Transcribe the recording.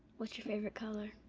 what's your favorite color?